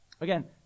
Again